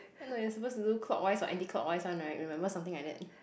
I know you're supposed to do clockwise or anti clockwise one right remember something like that